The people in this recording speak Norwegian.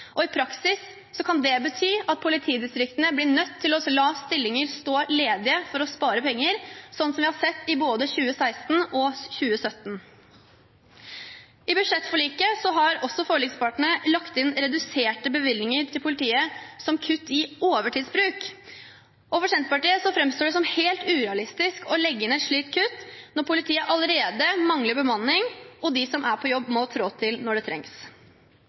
I praksis kan det bety at politidistriktene blir nødt til å la stillinger stå ledige for å spare penger, slik vi har sett både i 2016 og 2017. I budsjettforliket har forlikspartene lagt inn reduserte bevilgninger til politiet som kutt i overtidsbruk. For Senterpartiet framstår det som helt urealistisk å legge inn et slikt kutt når politiet allerede mangler bemanning, og de som er på jobb, må trå til når det trengs.